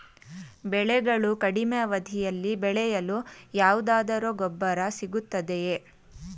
ಬೆಳೆಗಳು ಕಡಿಮೆ ಅವಧಿಯಲ್ಲಿ ಬೆಳೆಯಲು ಯಾವುದಾದರು ಗೊಬ್ಬರ ಸಿಗುತ್ತದೆಯೇ?